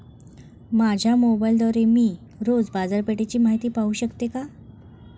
माझ्या मोबाइलद्वारे मी रोज बाजारपेठेची माहिती पाहू शकतो का?